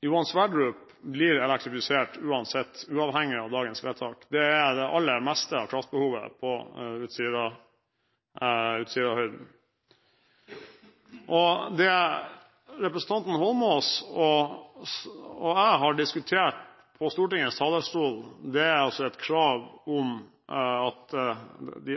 Johan Sverdrup blir elektrifisert uansett, uavhengig av dagens vedtak. Det utgjør det aller meste av kraftbehovet på Utsirahøyden. Det representanten Eidsvoll Holmås og jeg har diskutert fra Stortingets talerstol, er et krav om at